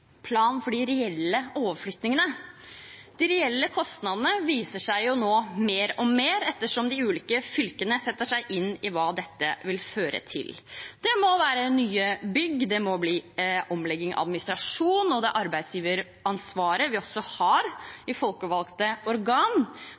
plan for de reelle overflyttingene. De reelle kostnadene viser seg nå mer og mer etter som de ulike fylkene setter seg inn i hva dette vil føre til. Det må bli nye bygg, det må bli omlegging av administrasjonen og det arbeidsgiveransvaret vi også har